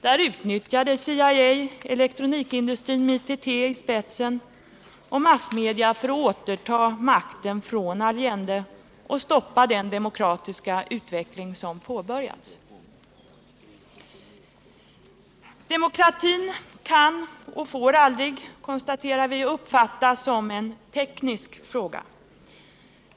Där utnyttjade CIA elektronikindustrin, med ITT i spetsen, och massmedia för att återta makten från Allende och stoppa den demokratiska utveckling som påbörjats. Demokratin kan och får aldrig, konstaterar vi, uppfattas som en teknisk fråga.